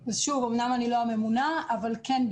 שוב, אמנם אני לא הממונה, אבל כן.